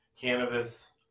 cannabis